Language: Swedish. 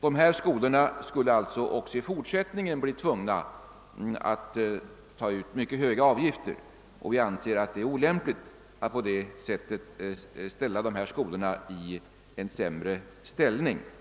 Dessa skolor skulle alltså också i fortsättningen bli tvungna att ta ut mycket höga avgifter. Jag anser att det är olämpligt att på detta sätt ställa dessa skolor i en sämre ställning än andra.